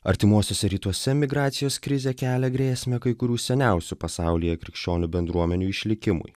artimuosiuose rytuose migracijos krizė kelia grėsmę kai kurių seniausių pasaulyje krikščionių bendruomenių išlikimui